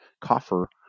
coffer